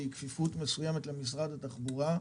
שהיא כפיפות מסוימת למשרד התחבורה,